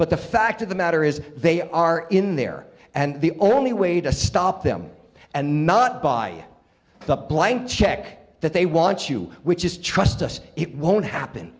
but the fact of the matter is they are in there and the only way to stop them and not by the blank check that they want you which is trust us it won't happen